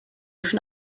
schon